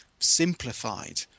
simplified